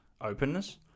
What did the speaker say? openness